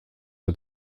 for